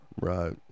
Right